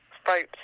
fight